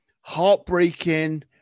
heartbreaking